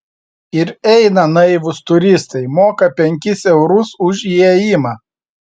ir eina naivūs turistai moka penkis eurus už įėjimą